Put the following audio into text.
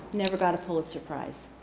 never got a pulitzer prize?